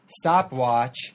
stopwatch